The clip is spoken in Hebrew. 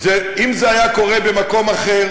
אם זה היה קורה במקום אחר,